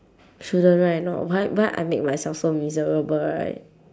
shouldn't right not why why I make myself so miserable right